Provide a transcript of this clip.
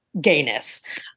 gayness